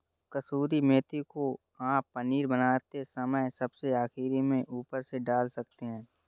कसूरी मेथी को आप पनीर बनाते समय सबसे आखिरी में ऊपर से डाल सकते हैं